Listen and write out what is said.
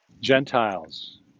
Gentiles